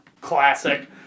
Classic